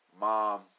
Mom